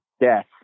death